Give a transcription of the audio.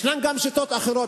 יש גם שיטות אחרות,